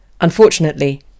Unfortunately